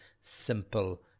simple